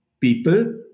people